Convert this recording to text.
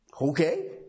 Okay